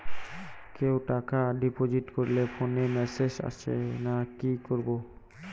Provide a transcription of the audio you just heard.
কেউ টাকা ডিপোজিট করলে ফোনে মেসেজ আসেনা কি করবো?